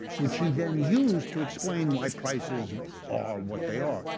which he then used to explain why prices are what they are.